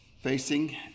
facing